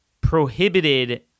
prohibited